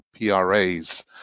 PRAs